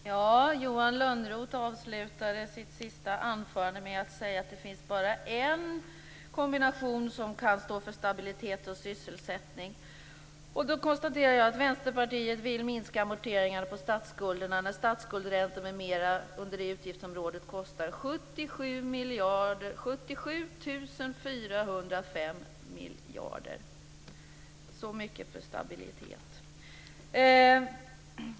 Herr talman! Johan Lönnroth avslutade sitt sista anförande med att säga att det bara finns en kombination som kan stå för stabilitet och sysselsättning. Då konstaterar jag att Vänsterpartiet vill minska amorteringarna på statsskulderna när statsskuldsräntorna under det utgiftsområdet kostar 77 405 miljoner. Så mycket för stabilitet!